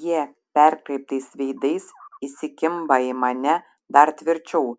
jie perkreiptais veidais įsikimba į mane dar tvirčiau